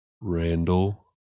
Randall